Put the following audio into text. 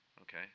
Okay